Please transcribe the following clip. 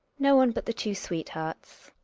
no one but the two sweethearts.